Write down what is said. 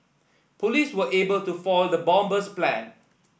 police were able to foil the bomber's plan